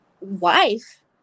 wife